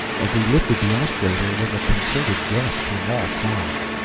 as he lifted the ashtray there was a concerted gasp from all sides.